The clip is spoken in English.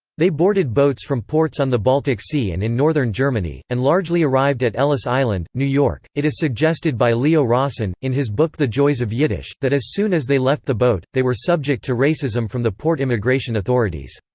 they boarded boats from ports on the baltic sea and in northern germany, and largely arrived at ellis island, new york it is suggested by leo rosten, in his book the joys of yiddish, that as soon as they left the boat, they were subject to racism from the port immigration authorities.